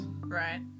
Right